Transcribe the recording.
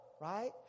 right